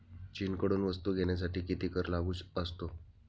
चीनकडून वस्तू घेण्यासाठी किती कर लागू असतो?